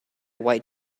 white